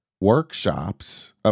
workshops